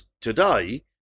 today